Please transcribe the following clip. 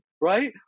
right